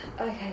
okay